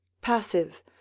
Passive